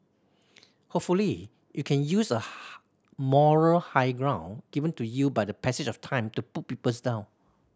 hopefully you can use a moral high ground given to you by the passage of time to put people's down